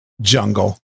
jungle